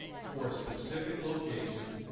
for a specific location,